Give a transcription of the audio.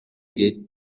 гээд